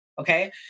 okay